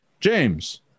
james